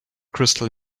crystal